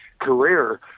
career